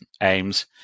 aims